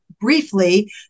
briefly